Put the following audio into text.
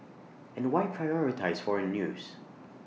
and why prioritise foreign news